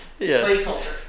Placeholder